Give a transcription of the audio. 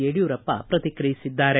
Yediyurappa ಪ್ರಕ್ರಿಯಿಸಿದ್ದಾರೆ